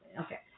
Okay